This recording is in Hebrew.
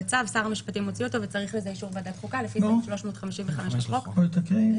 בטעות נרשם מנהל רשות שדות התעופה במקום רשות התעופה האזרחית,